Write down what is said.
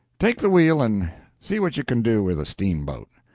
take the wheel and see what you can do with a steamboat.